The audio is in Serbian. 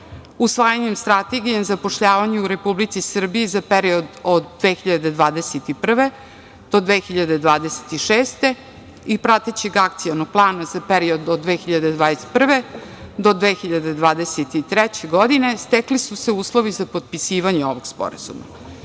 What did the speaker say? Usvajanjem Strategije o zapošljavanju u Republici Srbiji za period od 2021. godine od 2026. godine i pratećeg Akcionog plana za period od 2021. godine do 2023. godine stekli su se uslovi za potpisivanje ovog Sporazuma. Direktor